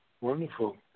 Wonderful